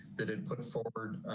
that had put forward.